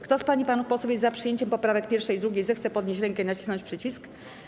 Kto z pań i panów posłów jest za przyjęciem poprawek 1. i 2., zechce podnieść rękę i nacisnąć przycisk.